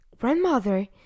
Grandmother